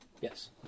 Yes